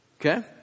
Okay